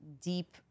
deep